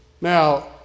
Now